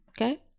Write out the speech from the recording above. okay